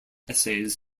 essays